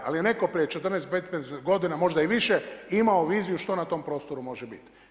Ali je neko prije 14, 15 godina, možda i više, imao viziju što na tom prostoru može biti.